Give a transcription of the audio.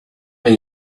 when